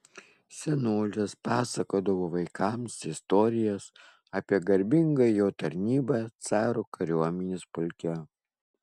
senolis pasakodavo vaikams istorijas apie garbingą jo tarnybą caro kariuomenės pulke